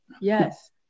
Yes